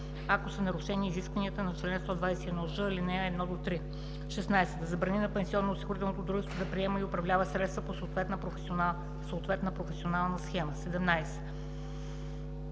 ако са нарушени изискванията на чл. 121ж, ал. 1 – 3; 16. да забрани на пенсионноосигурителното дружество да приема и управлява средства по съответна професионална схема; 17.